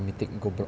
mythic